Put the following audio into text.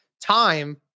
time